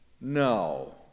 no